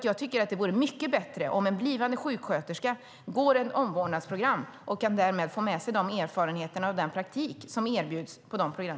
Jag tycker att det är mycket bättre om en blivande sjuksköterska går ett omvårdnadsprogram och därmed kan få med sig erfarenheter av den praktik som erbjuds på ett sådant program.